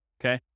Okay